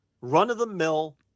run-of-the-mill